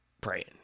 praying